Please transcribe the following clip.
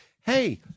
Hey